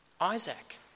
Isaac